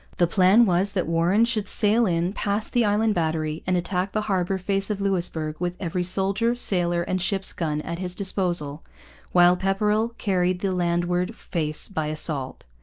the plan was that warren should sail in, past the island battery, and attack the harbour face of louisbourg with every soldier, sailor, and ship's gun at his disposal while pepperrell carried the landward face by assault.